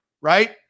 right